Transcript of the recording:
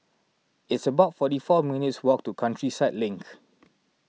it's about forty four minutes' walk to Countryside Link